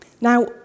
Now